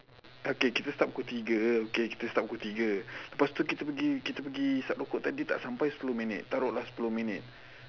okay kita start pukul tiga okay kita start pukul tiga lepas itu kita pergi kita pergi hisap rokok tadi tak sampai sepuluh minit taruk lah sepuluh minit